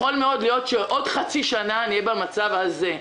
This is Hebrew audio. יכול מאוד להיות שעוד חצי שנה נהיה במצב הזה.